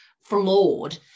flawed